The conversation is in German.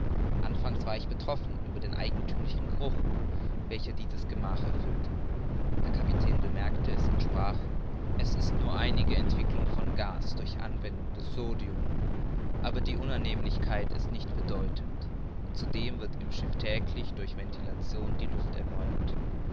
anfangs war ich betroffen über den eigenthümlichen geruch welcher dieses gemach erfüllte der kapitän bemerkte es und sprach es ist nur einige entwicklung von gas durch anwendung des sodium aber die unannehmlichkeit ist nicht bedeutend und zudem wird im schiff täglich durch ventilation die luft erneuert